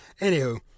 anywho